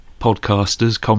podcasters